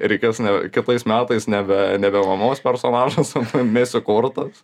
reikės ne kitais metais nebe nebe mamos personažas o mėsiu kortas